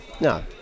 No